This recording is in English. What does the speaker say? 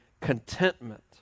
contentment